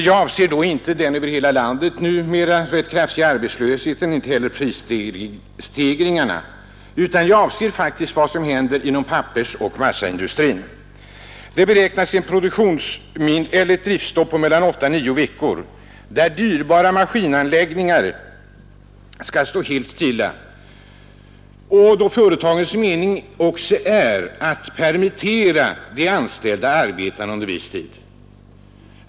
Jag avser inte den över hela landet numera rätt kraftiga arbetslösheten och inte heller prisstegringarna, utan jag avser faktiskt vad som händer inom pappersoch massaindustrin. Det beräknas inom denna produktionsgren bli ett driftstopp på mellan åtta och nio veckor, då dyrbara maskinanläggningar skall stå helt stilla och då det också är företagens mening att permittera de anställda arbetarna under viss tid.